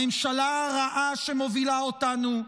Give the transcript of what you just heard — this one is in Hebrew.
הממשלה הרעה שמובילה אותנו,